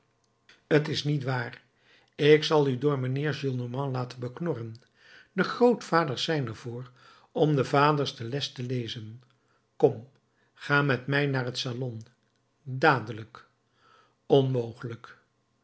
t is niet waar ik zal u door mijnheer gillenormand laten beknorren de grootvaders zijn er voor om de vaders de les te lezen kom ga met mij naar het salon dadelijk onmogelijk